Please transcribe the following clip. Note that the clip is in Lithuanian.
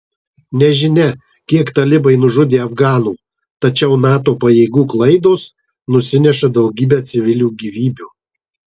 nežinia kiek talibai nužudė afganų tačiau nato pajėgų klaidos nusineša daugybę civilių gyvybių